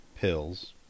pills